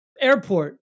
airport